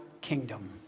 kingdom